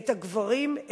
את הגברים,